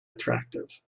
attractive